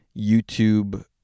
YouTube